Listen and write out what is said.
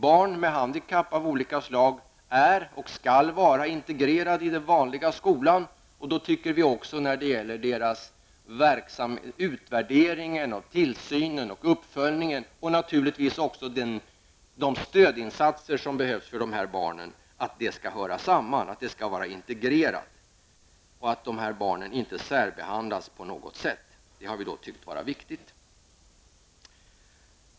Barn med handikapp av olika slag är, och skall vara, integrerade i den vanliga skolan. När det gäller utvärderingen, tillsynen, uppföljningen och, naturligtvis, de stödinsatser som behövs för dessa barn tycker vi att dessa saker skall höra samman. Det skall vara integrerat. Att handikappade barn inte skall särbehandlas på något sätt har vi ansett vara viktigt.